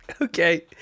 Okay